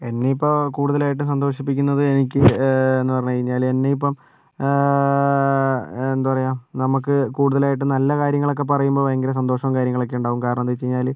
എന്നെ ഇപ്പോൾ കൂടുതലായിട്ട് സന്തോഷിപ്പിക്കുന്നത് എനിക്ക് എന്ന് പറഞ്ഞ് കഴിഞ്ഞാല് എന്നെയിപ്പോൾ എന്താ പറയുക നമുക്ക് കൂടുതലായിട്ടും നല്ല കാര്യങ്ങളൊക്കെ പറയുമ്പോൾ ഭയങ്കര സന്തോഷവും കാര്യങ്ങളൊക്കെയുണ്ടാകും കാരണം എന്താന്ന് വച്ച് കഴിഞ്ഞാല്